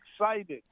excited